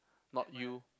not you